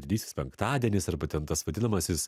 didysis penktadienis arba ten tas vadinamasis